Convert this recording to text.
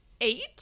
Eight